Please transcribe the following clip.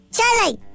Charlie